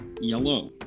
Yellow